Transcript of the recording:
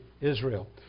Israel